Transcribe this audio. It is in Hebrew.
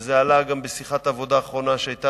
וזה עלה גם בשיחת העבודה האחרונה שהיתה